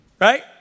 right